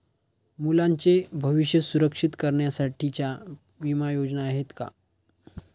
मुलांचे भविष्य सुरक्षित करण्यासाठीच्या विमा योजना आहेत का?